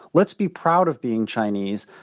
let's be proud of being chinese,